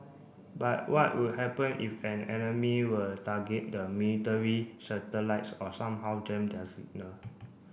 but what would happen if an enemy were target the military satellites or somehow jam their signal